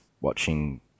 watching